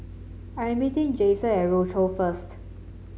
I meeting Jayson at Rochor first